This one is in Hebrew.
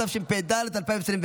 התשפ"ד 2024,